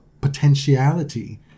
potentiality